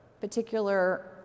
particular